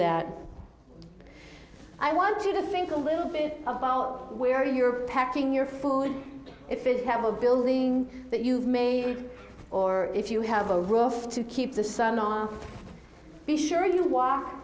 that i want you to think a little bit about where you're packing your food if it have a building that you've made or if you have a row of to keep the sun are we sure you walk